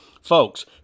Folks